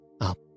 up